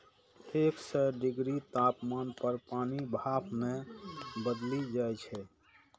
एक सय डिग्री तापमान पर पानि भाप मे बदलि जाइ छै